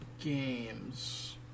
games